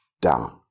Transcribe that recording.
down